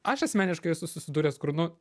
aš asmeniškai esu susidūręs kur nu